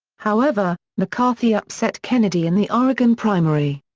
however, mccarthy upset kennedy in the oregon primary.